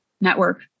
network